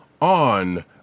on